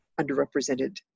underrepresented